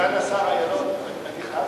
סגן השר אילון, אני חייב